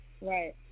Right